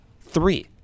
Three